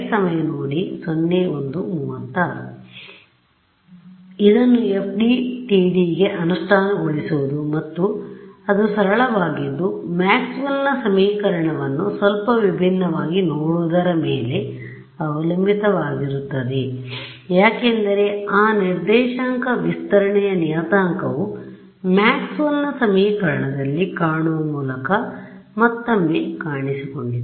ಆದ್ದರಿಂದ ಇದನ್ನು FDTDಗೆ ಅನುಷ್ಠಾನಗೊಳಿಸುವುದು ಮತ್ತು ಅದು ಸರಳವಾಗಿದ್ದು ಮ್ಯಾಕ್ಸ್ವೆಲ್ನMaxwell'sಸಮೀಕರಣವನ್ನು ಸ್ವಲ್ಪ ವಿಭಿನ್ನವಾಗಿ ನೋಡುವುದರ ಮೇಲೆ ಅವಲಂಬಿತವಾಗಿರುತ್ತದೆ ಯಾಕೆಂದರೆ ಆ ನಿರ್ದೇಶಾಂಕ ವಿಸ್ತರಣೆಯ ನಿಯತಾಂಕವು ಮ್ಯಾಕ್ಸ್ವೆಲ್ನ ಸಮೀಕರಣದಲ್ಲಿ ಕಾಣುವ ಮೂಲಕ ಮತ್ತೊಮ್ಮೆ ಕಾಣಿಸಿಕೊಂಡಿತು